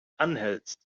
anhältst